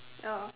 oh